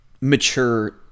mature